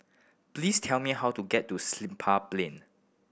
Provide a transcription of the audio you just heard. please tell me how to get to Siglap Plain